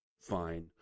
Fine